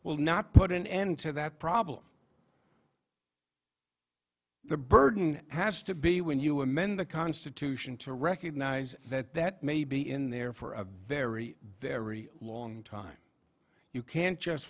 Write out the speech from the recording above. will not put an end to that problem the burden has to be when you amend the constitution to recognize that that may be in there for a very very long time you can't just